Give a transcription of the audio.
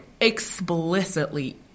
explicitly